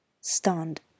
Stunned